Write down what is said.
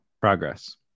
Progress